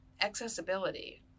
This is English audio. accessibility